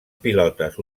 pilotes